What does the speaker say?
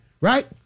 Right